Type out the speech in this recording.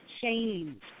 change